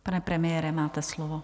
Pane premiére, máte slovo.